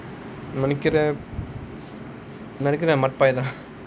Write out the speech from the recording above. அங்க விக்குற:anga vikkura mudpie